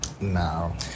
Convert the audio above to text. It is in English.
no